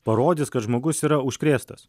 parodys kad žmogus yra užkrėstas